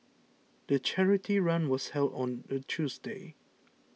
the charity run was held on a Tuesday